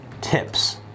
tips